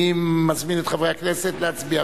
אני מזמין את חברי הכנסת להצביע.